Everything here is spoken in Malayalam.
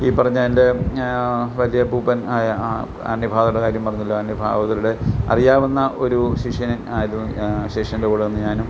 ഈ പറഞ്ഞ എൻ്റെ വല്യപ്പൂപ്പൻ ആയ ആ എൻ്റെ ഭാഗവതരുടെ കാര്യം പറഞ്ഞല്ലോ എൻ്റെ ഭാഗവതരുടെ അറിയാവുന്ന ഒരു ശിഷ്യൻ ആയിരുന്നു ഞാൻ ആ ശിഷ്യൻ്റെ കൂടെ അന്ന് ഞാനും